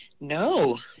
No